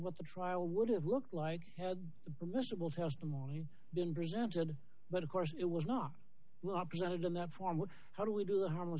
what the trial would have looked like had permissible testimony been presented but of course it was not presented in that form how do we do a harmless